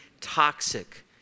toxic